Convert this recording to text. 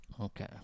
Okay